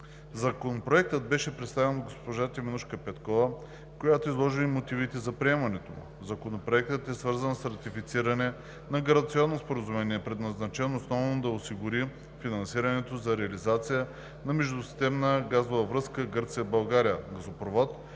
Законопроектът беше представен от госпожа Теменужка Петкова, която изложи мотивите за приемането му. Законопроектът е свързан с ратифициране на гаранционно споразумение, предназначено основно да осигури финансирането за реализацията на „Междусистемна газова връзка Гърция – България“ – газопровод,